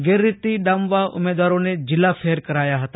ગેરરીતિ ડામવા ઉમેદવારોને જિલ્લાફેર કરાયાં હતા